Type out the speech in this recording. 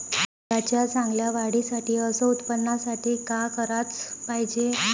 मुंगाच्या चांगल्या वाढीसाठी अस उत्पन्नासाठी का कराच पायजे?